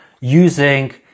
using